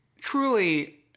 truly